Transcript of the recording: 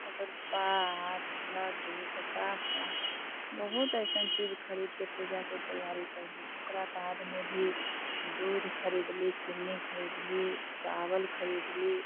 ओकरबाद लड्डू बतासा बहुत अइसन चीज खरीदके पूजाके तैयारी कयली ओकराबादमे फिर दूध खरीदली चिन्नी खरीदली चावल खरीदली